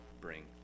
bring